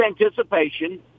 anticipation